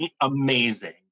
amazing